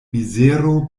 mizero